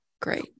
great